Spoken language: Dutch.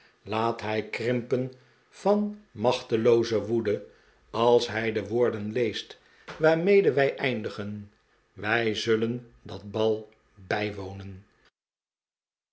laat hij krimpen van machtelooze woede als hij de woorden leest waarmede wij eindigen wij zullen dat bal bijwonen